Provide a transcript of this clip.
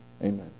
Amen